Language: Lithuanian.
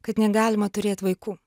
kad negalima turėt vaikų